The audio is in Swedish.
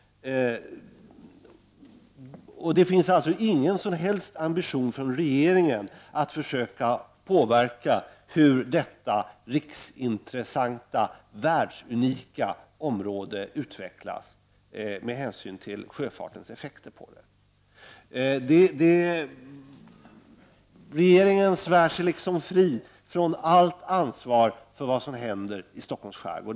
Det finns ingen som helst ambition från regeringens sida att försöka påverka hur detta riksintressanta världsunika område utvecklas och sjöfartens effekter på det. Regeringen svär sig fri från allt ansvar för vad som händer i Stocholms skärgård.